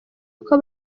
uko